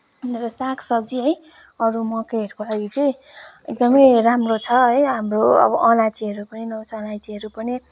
अनि त्यहाँबाट सागसब्जी है अरू मकैहरूको लागि चाहिँ एकदमै राम्रो छ है हाम्रो अब अलैँचीहरू पनि लगाउँछ अलैँचीहरू पनि